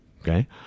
okay